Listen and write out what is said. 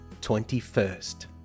twenty-first